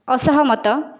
ଅସହମତ